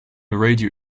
radio